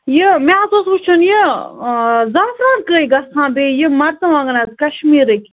یہِ مےٚ حظ اوس وُچھُن یہِ زعفران کٔہۍ گَژھان بیٚیہِ یہِ مَرژٕوانٛگَن حظ کَشمیٖرٕکۍ